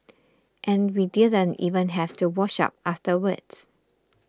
and we didn't even have to wash up afterwards